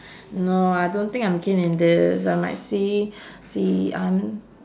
no I don't think I'm keen in this I might see see I mean